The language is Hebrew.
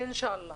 אינשאללה.